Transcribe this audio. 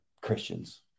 Christians